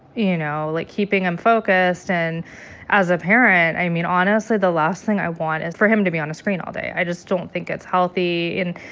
you know, like, keeping him focused. and as a parent, i mean, honestly the last thing i want is for him to be on a screen all day. i just don't think it's healthy. and,